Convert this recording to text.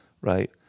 right